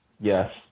Yes